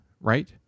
right